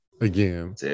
again